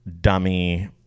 dummy